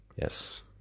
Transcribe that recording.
Yes